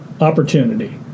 opportunity